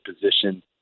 position